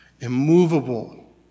immovable